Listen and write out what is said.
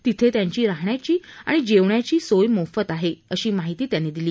तिथे त्यांची राहण्याची आणि जेवण्याची मोफत सोय केली आहे अशी माहिती त्यांनी दिली